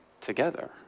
together